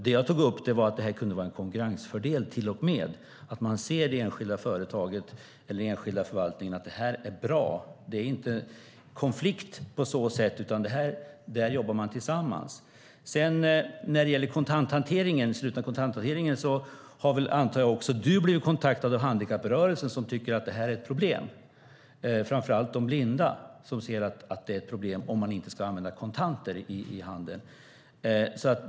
Det jag tog upp var att det här till och med kunde vara en konkurrensfördel, att man i det enskilda företaget eller i den enskilda förvaltningen ser att det här är bra, att man jobbar tillsammans, att det inte är en konflikt. När det gäller den slutna kontanthanteringen antar jag att du också har blivit kontaktad av handikapprörelsen, som tycker att det är ett problem. Framför allt säger de blinda att det är ett problem om man inte ska använda kontanter i handeln.